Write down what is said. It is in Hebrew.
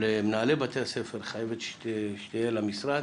למנהלי בתי-ספר, חייבת שתהיה לה משרד.